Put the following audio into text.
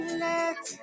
let